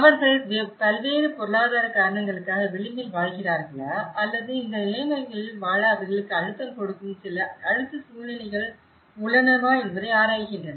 அவர்கள் பல்வேறு பொருளாதார காரணங்களுக்காக விளிம்பில் வாழ்கிறார்களா அல்லது இந்த நிலைமைகளில் வாழ அவர்களுக்கு அழுத்தம் கொடுக்கும் சில அழுத்த சூழ்நிலைகள் உள்ளனவா என்பதை ஆராய்கின்றன